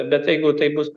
bet jeigu tai bus